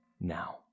Now